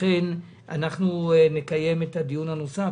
לכן אנחנו נקיים את הדיון הנוסף,